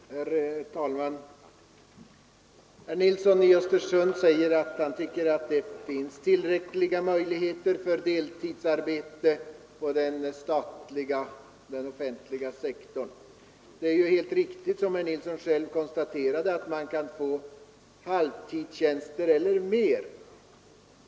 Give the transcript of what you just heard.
Herr talman! Herr Nilsson i Östersund säger att han tycker att det finns tillräckliga möjligheter till deltidsarbete inom den offentliga sektorn. Det är helt riktigt, som herr Nilsson själv konstaterar, att man kan få tjänster för arbete på halvtid eller mera.